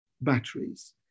batteries